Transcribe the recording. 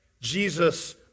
Jesus